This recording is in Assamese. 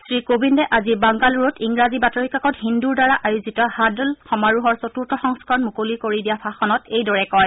শ্ৰী কোবিন্দে আজি বাংগালুৰুত ইংৰাজী বাতৰি কাকত হিন্দুৰ দ্বাৰা আয়োজিত হাড়ল সমাৰোহৰ চতূৰ্থ সংস্কৰণ মুকলি কৰি দিয়া ভাষণত এইদৰে কয়